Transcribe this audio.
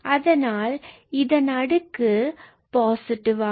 அதனால் இதன் அடுக்கு பாசிட்டிவாக மாறும்